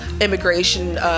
immigration